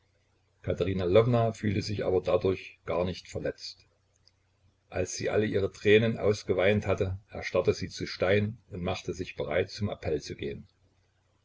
lwowna fühlte sich aber dadurch gar nicht verletzt als sie alle ihre tränen ausgeweint hatte erstarrte sie zu stein und machte sich bereit zum appell zu gehen